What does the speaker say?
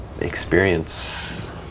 experience